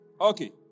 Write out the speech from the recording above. Okay